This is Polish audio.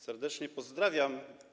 Serdecznie pozdrawiam.